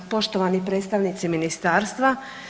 Poštovani predstavnici Ministarstva.